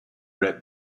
read